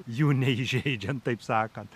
jų neįžeidžiant taip sakant